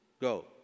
Go